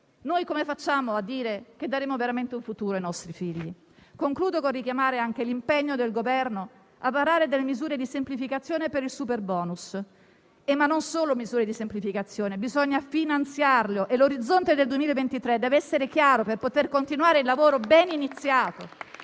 come facciamo a dire che daremo veramente un futuro ai nostri figli? Concludo richiamando anche l'impegno del Governo a varare delle misure di semplificazione per il superbonus; in realtà, non servono solo misure di semplificazione: bisogna finanziarle, e l'orizzonte del 2023 deve essere chiaro per poter continuare un lavoro ben iniziato.